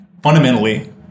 Fundamentally